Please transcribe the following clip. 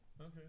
okay